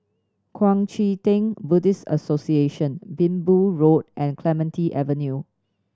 Kuang Chee Tng Buddhist Association Minbu Road and Clementi Avenue